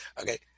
Okay